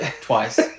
twice